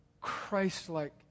Christ-like